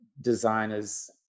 designers